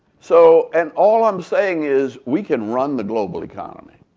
so and all i'm saying is we can run the global economy.